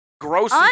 Gross